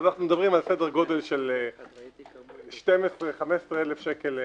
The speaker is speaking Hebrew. אנחנו מדברים על סדר גדול של 12,000-15,000 שקל לבנייה.